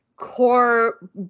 Core